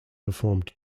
performed